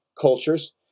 cultures